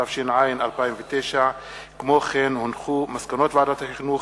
התש"ע 2009. מסקנות ועדת החינוך,